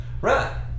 Right